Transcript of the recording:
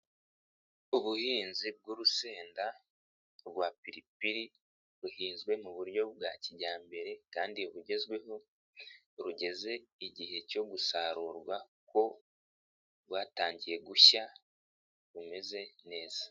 Ubuhinzi bw'urusenda rwa piripiri buhinzwe mu buryo bwa kijyambere kandi bugezweho, rugeze igihe cyo gusarurwa kuko rwatangiye gushya rumeze neza.